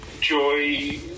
Joy